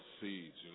seeds